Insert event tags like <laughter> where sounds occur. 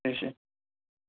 <unintelligible>